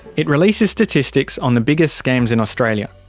it releases statistics on the biggest scams in australia.